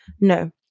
No